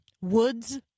woods